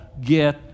get